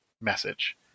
message